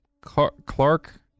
Clark